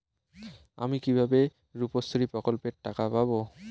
আমি কিভাবে রুপশ্রী প্রকল্পের টাকা পাবো?